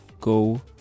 go